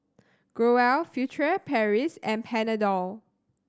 Growell Furtere Paris and Panadol